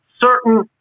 certain